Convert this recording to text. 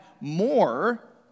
more